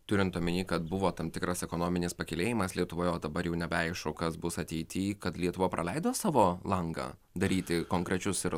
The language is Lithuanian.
turint omenyje kad buvo tam tikras ekonominis pakylėjimas lietuvoje o dabar jau nebeaišku kas bus ateity kad lietuva praleido savo langą daryti konkrečius ir